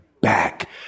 back